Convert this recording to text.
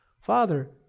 Father